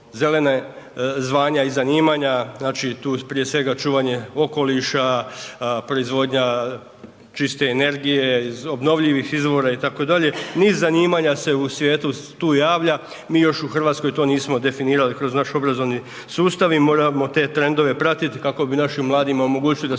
zelena zvanja i zanimanja, znači tu prije svega čuvanje okoliša, proizvodnja čiste energije iz obnovljivih izvora itd., niz zanimanja se u svijetu tu javlja. Mi još u Hrvatskoj to nismo definirali kroz naš obrazovni sustav i moramo te trendove pratiti kako bi našim mladima omogućili da